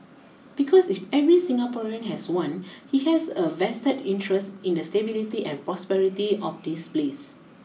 because if every Singaporean has one he has a vested interest in the stability and prosperity of this place